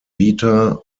vita